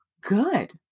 good